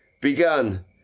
begun